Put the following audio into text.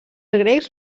grecs